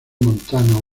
montanos